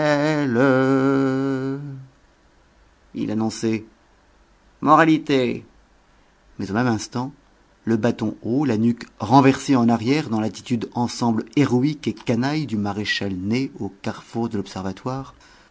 il annonçait moralité mais au même instant le bâton haut la nuque renversée en arrière dans l'attitude ensemble héroïque et canaille du maréchal ney au carrefour de l'observatoire